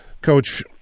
Coach